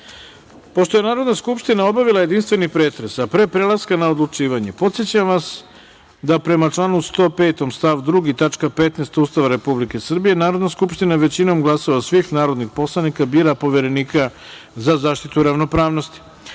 reda. Pošto je Narodna skupština obavila jedinstveni pretres, a pre prelaska na odlučivanje, podsećam vas da, prema članu 105. stav 2. tačka 15) Ustava Republike Srbije, Narodna skupština većinom glasova svih narodnih poslanika bira Poverenika za zaštitu ravnopravnosti. Stavljam